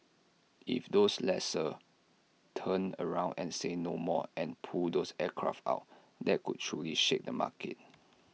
if those lessors turn around and say 'no more' and pull those aircraft out that could truly shake the market